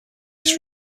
this